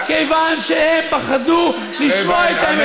רק כיוון שהם פחדו לשמוע את האמת.